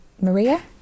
Maria